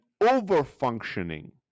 over-functioning